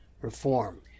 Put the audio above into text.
reform